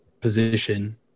position